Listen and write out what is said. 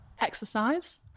Exercise